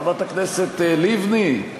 חברת הכנסת לבני,